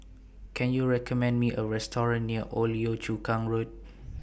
Can YOU recommend Me A Restaurant near Old Yio Chu Kang Road